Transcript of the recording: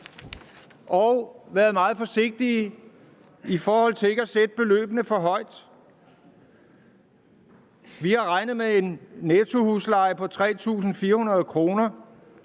og været meget forsigtige med ikke at sætte beløbene for højt. Vi har regnet med en nettohusleje på 3.400 kr.,